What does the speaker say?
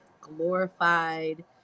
glorified